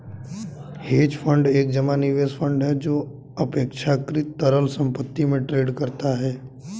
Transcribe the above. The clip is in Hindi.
हेज फंड एक जमा निवेश फंड है जो अपेक्षाकृत तरल संपत्ति में ट्रेड करता है